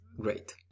great